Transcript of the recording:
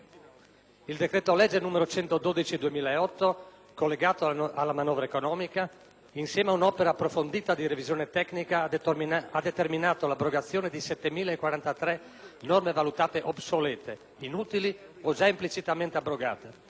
Il decreto-legge n. 112 del 2008 collegato alla manovra economica, insieme ad un'opera approfondita di revisione tecnica, ha determinato l'abrogazione di 7.043 norme valutate obsolete, inutili o già implicitamente abrogate,